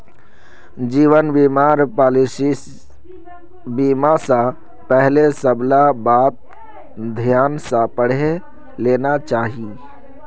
जीवन बीमार पॉलिसीस लिबा स पहले सबला बात ध्यान स पढ़े लेना चाहिए